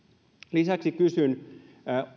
lisäksi kysyn